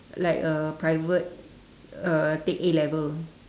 like a private uh take A-level